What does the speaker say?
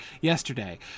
yesterday